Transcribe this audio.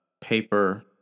paper